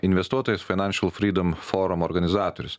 investuotojas financial freedom forumo organizatorius